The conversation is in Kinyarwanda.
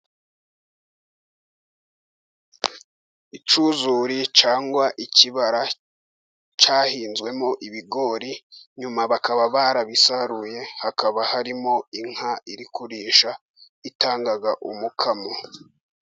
Icyuzuri cyangwa ikibara cyahinzwemo ibigori ,nyuma bakaba barabisaruye ,hakaba harimo inka iri kurisha itanga umukamo.